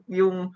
yung